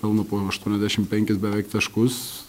pelno po aštuoniasdešim penkis beveik taškus